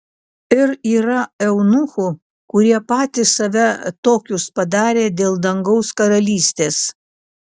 ir yra eunuchų kurie patys save tokius padarė dėl dangaus karalystės